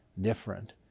different